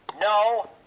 No